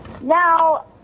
Now